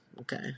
okay